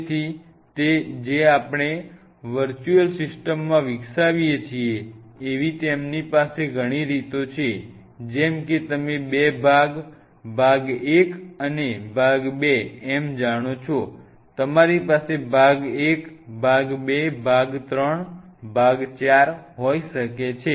તેથી જે આપણે વર્ચ્યુઅલ સિસ્ટમમાં વિકસાવીએ છીએ એવી તેમની પાસે ઘ ણી રીતો છે જેમ કે તમે બે ભાગ ભાગ 1 ભાગ 2 જાણો છો તમારી પાસે ભાગ 1 ભાગ 2 ભાગ 3 ભાગ 4 હોઈ શકે છે